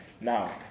Now